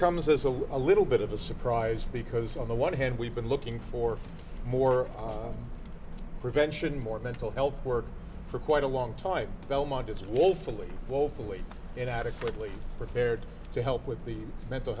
comes as a a little bit of a surprise because on the one hand we've been looking for more prevention more mental health work for quite a long time belmont is woefully woefully inadequate really prepared to help with the mental